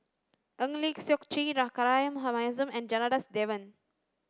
Eng Lee Seok Chee Rahayu Mahzam and Janadas Devan